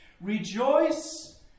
Rejoice